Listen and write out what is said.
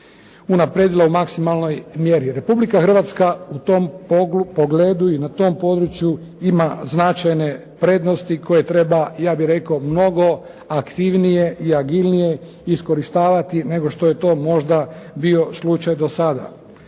unaprijedila u maksimalnoj mjeri. Republika Hrvatska u tom pogledu i na tom području ima značajne prednosti koje treba ja bih rekao, mnogo aktivnije i agilnije iskorištavati nego što je to možda bio slučaj do sada.